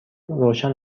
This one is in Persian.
روشن